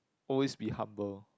always be humble